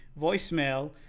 voicemail